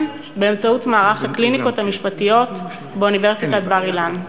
באמצעות מערך הקליניקות המשפטיות באוניברסיטת בר-אילן.